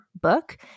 book